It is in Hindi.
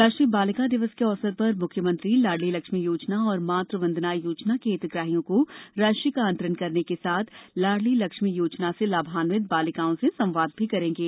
राष्ट्रीय बालिका दिवस के अवसर पर मुख्यमंत्री लाड़ली लक्ष्मी योजना और मातृ वंदना योजना के हितग्राहियों को राशि का अंतरण करने के साथ लाड़ली लक्ष्मी योजना से लाभान्वित बालिकाओं से संवाद भी करेंगे